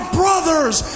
brothers